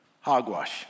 Hogwash